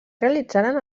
realitzaren